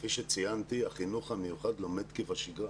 כפי שציינתי, החינוך המיוחד לומד כבשגרה